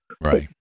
Right